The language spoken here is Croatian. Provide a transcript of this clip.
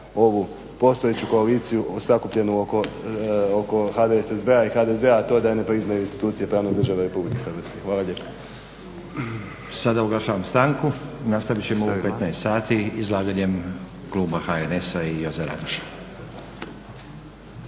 ovu postojeću koaliciju sakupljenu oko HDSSB-a i HDZ-a, a to je da ne priznaju institucije pravne države RH. Hvala lijepa. **Stazić, Nenad (SDP)** Sada oglašavam stanku. Nastavit ćemo u 15,00 sati izlaganjem kluba HNS-a i Joze Radoša.